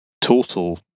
total